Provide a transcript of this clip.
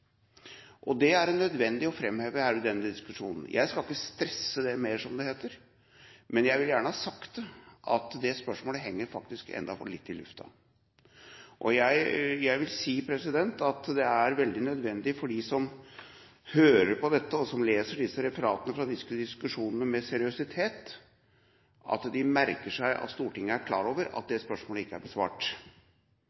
spørsmålet. Det er det nødvendig å framheve i denne diskusjonen. Jeg skal ikke stresse det mer, som det heter, men jeg vil gjerne ha sagt at det spørsmålet henger faktisk enda litt i luften. Jeg vil si at det er veldig nødvendig for dem som hører på dette, og som leser referatene fra disse diskusjonene med seriøsitet, at de merker seg at Stortinget er klar over at